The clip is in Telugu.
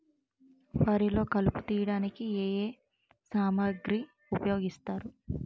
వరిలో కలుపు తియ్యడానికి ఏ ఏ సామాగ్రి ఉపయోగిస్తారు?